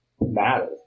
matter